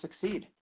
succeed